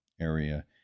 area